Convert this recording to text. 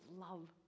love